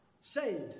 Saved